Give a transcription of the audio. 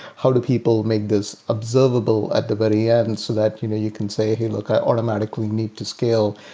how do people make this observable at the very end and so that you know you can say, hey, look. i automatically need to scale.